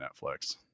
netflix